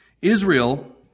Israel